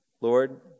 lord